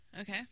Okay